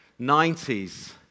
90s